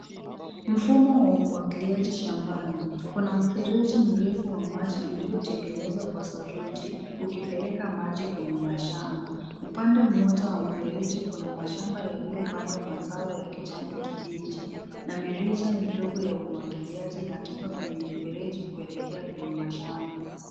Mfumo wa umwagiliaji shambani kuna mfereji mrefu wa maji uliotengenezwa kwa saruji ukipeleka maji kwenye mashamba. Upande mmoja wa mfereji kuna mashamba yaliyopandwa mazao ya kijani kibichi na mirija midogo ya umwagiliaji inatoka kwenye mifereji kuelekea kwenye mashamba.